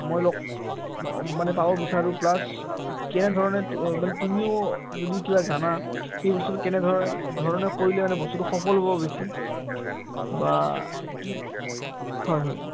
মই লগ মানে পাব বিচাৰোঁ প্লাছ কেনেধৰণে মানে তুমিও যদি কিবা জানা সেই বস্তুটো কেনেধৰণে ধৰণে কৰিলে মানে বস্তুটো সফল হ'ব বেছি বা কি হয় হয়